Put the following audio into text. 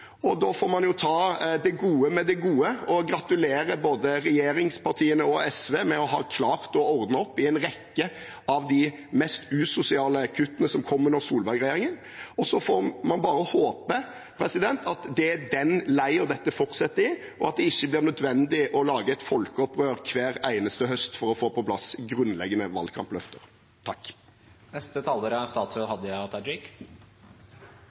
og da får man jo ta det gode med det gode og gratulere både regjeringspartiene og SV med å ha klart å ordne opp i en rekke av de mest usosiale kuttene som kom under Solberg-regjeringen. Så får man bare håpe at det er den leia dette fortsetter i, og at det ikke blir nødvendig å lage et folkeopprør hver eneste høst for å få på plass grunnleggende valgkampløfter. Eg er glad for at Arbeidarpartiet, Senterpartiet og SV gjennom budsjettforliket er